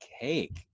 cake